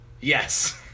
Yes